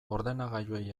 ordenagailuei